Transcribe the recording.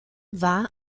war